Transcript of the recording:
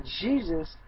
Jesus